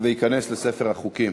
וייכנס לספר החוקים.